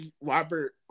Robert